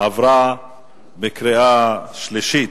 עברה בקריאה שלישית.